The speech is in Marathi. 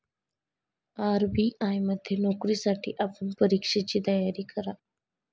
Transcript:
आर.बी.आय मध्ये नोकरीसाठी आपण परीक्षेची तयारी करा